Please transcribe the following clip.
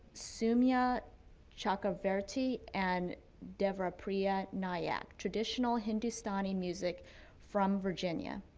soumya chakraverty and devapriya nayak, traditional hindustani music from virginia.